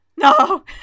No